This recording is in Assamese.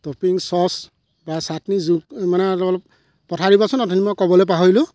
ট'পিং চ'চ বা চাটনি জোল মানে অলপ অলপ পঠাই দিবচোন অথনি মই ক'বলৈ পাহৰিলো